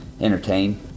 entertain